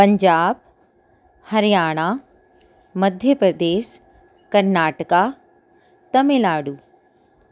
Punjab Haryana Madhya Pradesh Karnataka Tamil Nadu